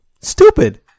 stupid